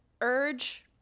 urge